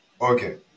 Okay